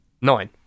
Nine